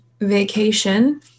vacation